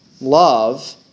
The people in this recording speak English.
love